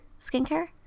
skincare